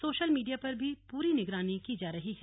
social media पर भी पूरी निगरानी की जा रही है